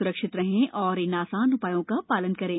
स्रक्षित रहें और इन आसान उपायों का पालन करें